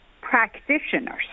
practitioners